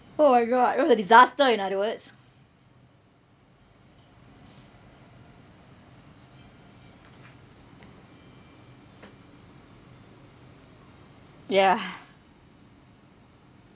oh my god it was a disaster in other words ya